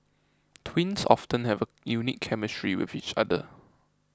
twins often have a unique chemistry with each other